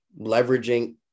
leveraging